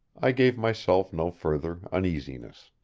i gave myself no further uneasiness.